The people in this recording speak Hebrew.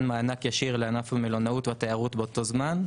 מענק ישיר לענף המלונאות והתיירות באותו זמן.